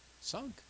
sunk